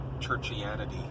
churchianity